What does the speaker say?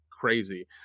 crazy